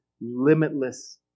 limitless